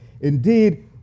Indeed